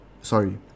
sorry